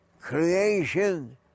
creation